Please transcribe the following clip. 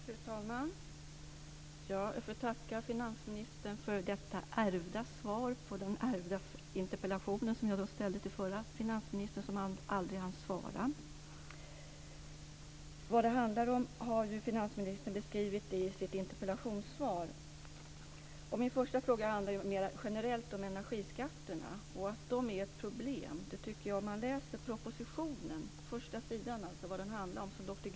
Fru talman! Jag får tacka finansministern för detta ärvda svar på min interpellation som jag framställde till förra finansministern, men som han aldrig hann svara på. Vad det handlar om har ju finansministern beskrivit i sitt interpellationssvar. Min första fråga rör sig generellt om energiskatterna. I propositionen sägs det att dessa är ett problem.